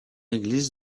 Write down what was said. église